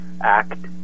act